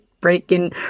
breaking